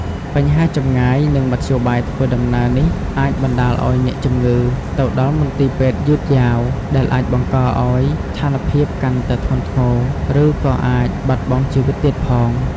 បញ្ហាចម្ងាយ និងមធ្យោបាយធ្វើដំណើរនេះ អាចបណ្តាលឱ្យអ្នកជំងឺទៅដល់មន្ទីរពេទ្យយឺតយ៉ាវ ដែលអាចបង្កឱ្យស្ថានភាពកាន់តែធ្ងន់ធ្ងរ ឬក៏អាចបាត់បង់ជីវិតទៀតផង។